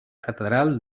catedral